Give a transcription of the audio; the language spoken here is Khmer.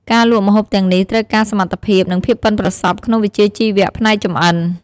ការលក់ម្ហូបទាំងនេះ ត្រូវការសមត្ថភាព និងភាពប៉ិនប្រសប់ក្នុងវិជ្ជាជីវៈផ្នែកចម្អិន។